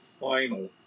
final